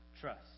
trust